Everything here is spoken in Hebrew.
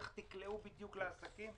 איך תקלעו בדיוק לעסקים.